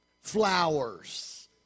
Flowers